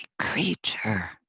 creature